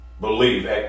Believe